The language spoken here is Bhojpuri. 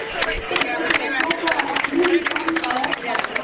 पईसा बचा के रखला पअ अपने ही काम आवत बाटे